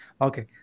okay